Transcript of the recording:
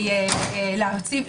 המשפט.